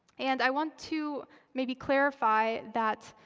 and i want to maybe clarify that